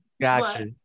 Gotcha